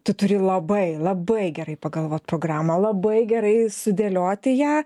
tu turi labai labai gerai pagalvot programą labai gerai sudėlioti ją